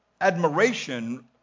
admiration